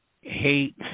hate